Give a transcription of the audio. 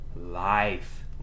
Life